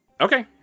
Okay